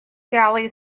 galley